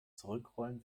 zurückrollen